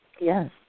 Yes